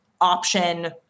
option